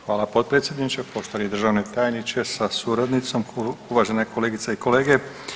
Hvala potpredsjedniče, poštovani državni tajniče sa suradnicom, uvažene kolegice i kolege.